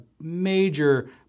major